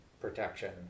protection